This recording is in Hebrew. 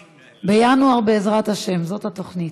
בינואר, בעזרת השם, זאת התוכנית.